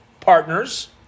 partners